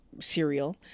cereal